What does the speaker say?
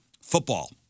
football